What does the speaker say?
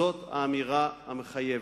זאת האמירה המחייבת.